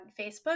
facebook